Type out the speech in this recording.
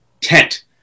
tent